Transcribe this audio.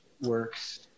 works